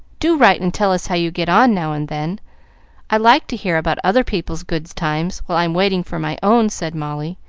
do write and tell us how you get on now and then i like to hear about other people's good times while i'm waiting for my own, said molly,